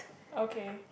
okay